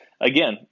Again